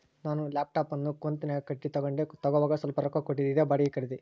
ನಾನು ಲ್ಯಾಪ್ಟಾಪ್ ಅನ್ನು ಕಂತುನ್ಯಾಗ ಕಟ್ಟಿ ತಗಂಡೆ, ತಗೋವಾಗ ಸ್ವಲ್ಪ ರೊಕ್ಕ ಕೊಟ್ಟಿದ್ದೆ, ಇದೇ ಬಾಡಿಗೆ ಖರೀದಿ